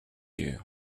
you